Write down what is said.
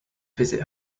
visit